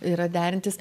yra derintis